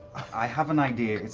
i have an idea.